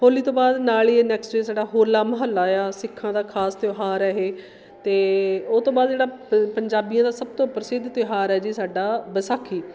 ਹੋਲੀ ਤੋਂ ਬਾਅਦ ਨਾਲ਼ ਹੀ ਇਹ ਨੈਕਸਟ ਡੇ ਸਾਡਾ ਹੋਲਾ ਮਹੱਲਾ ਏ ਆ ਸਿੱਖਾਂ ਦਾ ਖਾਸ ਤਿਉਹਾਰ ਹੈ ਇਹ ਅਤੇ ਉਹ ਤੋਂ ਬਾਅਦ ਜਿਹੜਾ ਪੰਜਾਬੀਆਂ ਦਾ ਸਭ ਤੋਂ ਪ੍ਰਸਿੱਧ ਤਿਉਹਾਰ ਹੈ ਜੀ ਸਾਡਾ ਵਿਸਾਖੀ